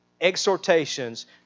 exhortations